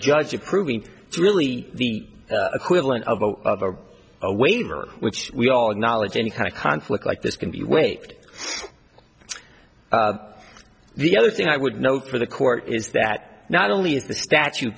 judge approving really the equivalent of a waiver which we all acknowledge any kind of conflict like this can be waived the other thing i would note for the court is that not only is the statu